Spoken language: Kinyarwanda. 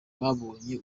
babonye